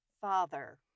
father